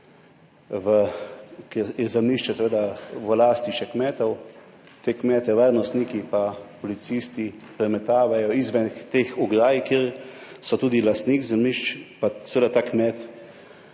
je zemljišče seveda v lasti še kmetov, te kmete varnostniki pa policisti premetavajo izven teh ograj, kjer so tudi lastniki zemljišč pa seveda ta kmet